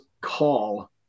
call